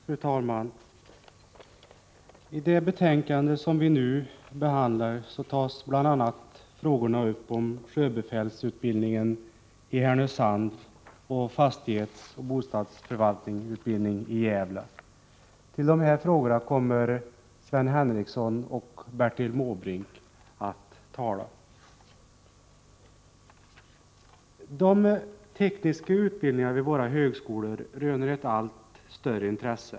Fru talman! I det betänkande vi nu behandlar tas bl.a. frågorna upp om sjöbefälsutbildningen i Härnösand och fastighetsoch bostadsförvaltningsutbildningen i Gävle. Om dessa frågor kommer Sven Henricsson och Bertil Måbrink att tala. Den tekniska utbildningen vid våra högskolor röner ett allt större intresse.